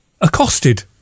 accosted